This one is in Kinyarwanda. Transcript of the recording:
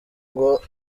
ngo